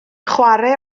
chwarae